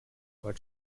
what